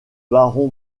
baron